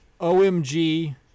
OMG